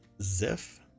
Ziff